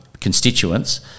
constituents